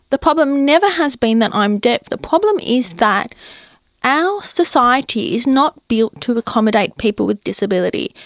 the problem never has been that i'm deaf, the problem is that our society is not built to accommodate people with disability.